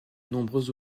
nombreux